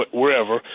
wherever